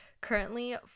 currently